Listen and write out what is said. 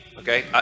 Okay